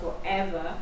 forever